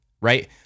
Right